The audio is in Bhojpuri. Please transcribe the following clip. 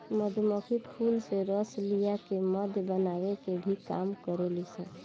मधुमक्खी फूल से रस लिया के मध बनावे के भी काम करेली सन